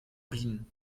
bienen